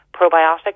Probiotics